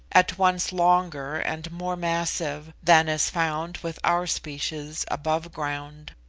at once longer and more massive, than is found with our species above ground.